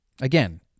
Again